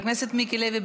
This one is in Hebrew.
חבר הכנסת מיקי לוי.